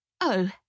Oh